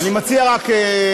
אני מציע רק,